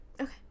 Okay